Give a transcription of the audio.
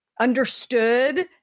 understood